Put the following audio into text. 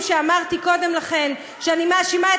גם זה